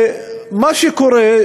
מה שקורה,